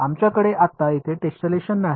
आमच्याकडे आत्ता येथे टेस्लेशन नाही